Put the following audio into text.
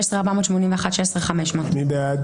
16,221 עד 16,240. מי בעד?